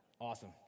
Awesome